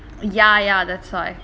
ya ya that's why